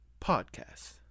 podcast